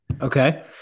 Okay